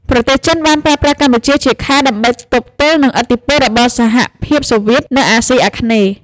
ប្រទេសចិនបានប្រើប្រាស់កម្ពុជាជាខែលដើម្បីទប់ទល់នឹងឥទ្ធិពលរបស់សហភាពសូវៀតនៅអាស៊ីអាគ្នេយ៍។